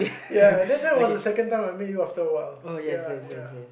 ya that that was the second time I met you after a while ya ya